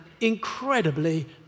incredibly